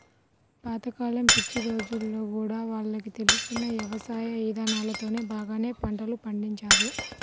పాత కాలం పిచ్చి రోజుల్లో గూడా వాళ్లకు తెలిసిన యవసాయ ఇదానాలతోనే బాగానే పంటలు పండించారు